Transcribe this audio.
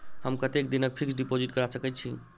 हम कतेक दिनक फिक्स्ड डिपोजिट करा सकैत छी?